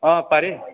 অঁ পাৰি